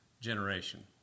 generation